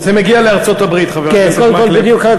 זה מגיע לארצות-הברית, חבר הכנסת מקלב.